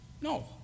No